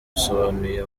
bisobanuye